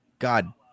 God